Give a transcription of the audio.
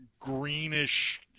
greenish